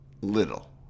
Little